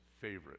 favorite